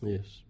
Yes